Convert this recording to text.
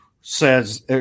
says